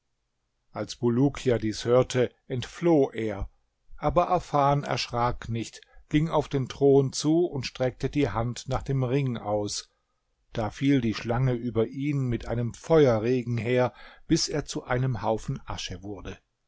als bulukia dies hörte entfloh er aber afan erschrak nicht ging auf den thron zu und streckte die hand nach dem ring aus da fiel die schlange über ihn mit einem feuerregen her bis er zu einem haufen asche wurde